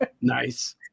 Nice